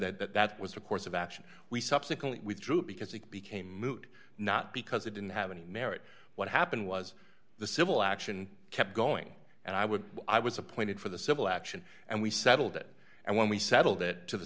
said that that was a course of action we subsequently withdrew because it became moot not because it didn't have any merit what happened was the civil action kept going and i would i was appointed for the civil action and we settled it and when we settled it to the